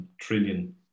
trillion